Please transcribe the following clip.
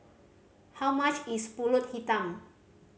how much is Pulut Hitam